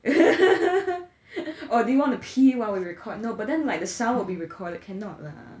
or do you wanna pee while we record no know but then like the sound will be recorded cannot lah